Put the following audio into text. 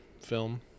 film